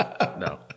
no